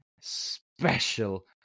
special